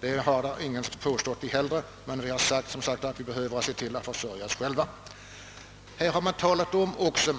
Det har heller ingen velat göra. Vad vi sagt är, att vi bör se till att vi kan försörja oss själva. Det har även gjorts gällande i debatten,